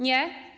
Nie?